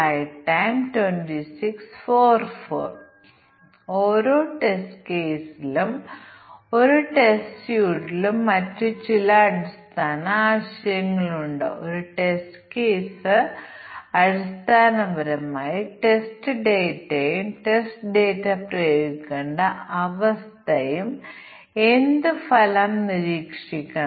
അത്തരം പ്രശ്നങ്ങൾ ഉണ്ടാകുന്ന നിരവധി സാഹചര്യങ്ങളുണ്ട് പ്രത്യേകിച്ചും ഉപയോക്തൃ ഇന്റർഫേസുകളുടെയും ഉൾച്ചേർത്ത കൺട്രോളർ സോഫ്റ്റ്വെയറിന്റെയും സന്ദർഭം അതിനാൽ ഈ സന്ദർഭങ്ങളിൽ ശരിക്കും 250 രൂപകൽപ്പന ചെയ്യുന്നു അതിനാൽ നമുക്ക് 50 ഇൻപുട്ട് പാരാമീറ്ററുകൾ പറയാം ഓരോന്നും രണ്ട് മൂല്യങ്ങൾ എടുക്കുന്നു